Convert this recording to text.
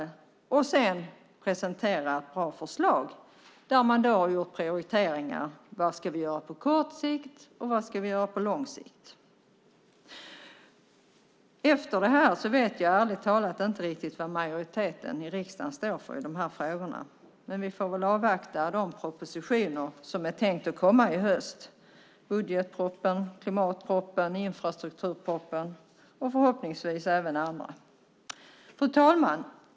Sedan hade man kunnat presentera ett bra förslag med prioriteringar för kort sikt och lång sikt. Efter det här vet jag ärligt talat inte riktigt vad majoriteten i riksdagen står för i frågorna. Vi får väl avvakta de propositioner som är tänkta att komma i höst. Det är budgetpropositionen, klimatpropositionen, infrastrukturpropositionen och förhoppningsvis även andra propositioner. Fru talman!